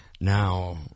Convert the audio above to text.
Now